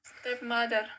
stepmother